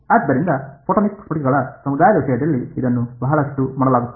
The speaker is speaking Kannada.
ಆದ್ದರಿಂದ ಫೋಟೊನಿಕ್ ಸ್ಫಟಿಕಗಳ ಸಮುದಾಯದ ವಿಷಯದಲ್ಲಿ ಇದನ್ನು ಬಹಳಷ್ಟು ಮಾಡಲಾಗುತ್ತದೆ